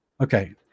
Okay